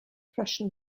prussian